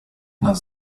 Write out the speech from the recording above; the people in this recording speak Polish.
nas